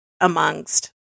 amongst